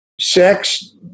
sex